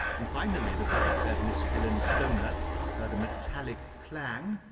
and, finally, the fact that miss helen stoner heard a metallic clang,